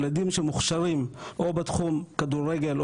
ילדים מוכשרים בתחום כדורגל,